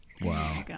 Wow